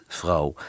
vrouw